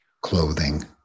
clothing